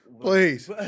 please